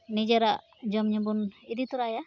ᱱᱤᱡᱮᱨᱟᱜ ᱡᱚᱢ ᱧᱩ ᱵᱚᱱ ᱤᱫᱤ ᱛᱚᱨᱟᱭᱟ